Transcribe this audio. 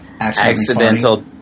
Accidental